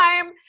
time